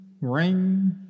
ring